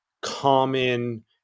common